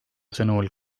sõnul